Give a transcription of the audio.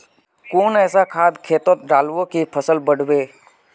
कुन ऐसा खाद खेतोत डालबो ते फसल बढ़बे?